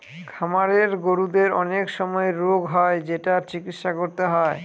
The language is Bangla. খামারের গরুদের অনেক সময় রোগ হয় যেটার চিকিৎসা করতে হয়